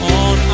on